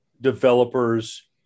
developers